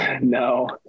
No